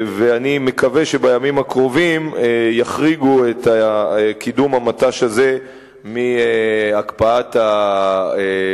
אני מקווה שבימים הקרובים יחריגו את קידום המט"ש הזה מהקפאת הבנייה,